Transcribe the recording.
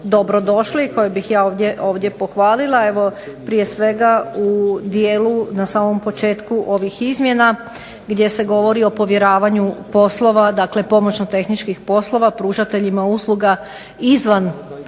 dobro došle i koje bih ja ovdje pohvalila. U dijelu, na samom početku ovih izmjena gdje se govori o povjeravanju poslova, dakle pomoćno tehničkih poslova, pružateljima usluga izvan